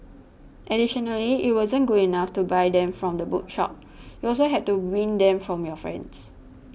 additionally it wasn't good enough to buy them from the bookshop you also had to win them from your friends